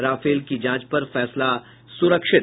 Rafale की जांच पर फैसला सुरक्षित